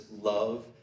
love